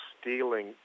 stealing